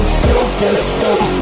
superstar